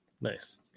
Nice